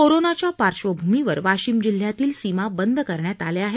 कोरोनाच्या पार्श्वभूमीवर वाशिम जिल्ह्यातील सीमा बंद करण्यात आल्या आहेत